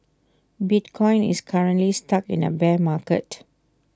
bitcoin is currently stuck in A bear market